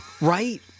right